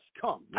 come